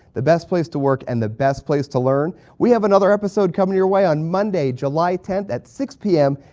the best place to work and the best place to learn. we have another episode coming your way on monday, july ten at six zero p m.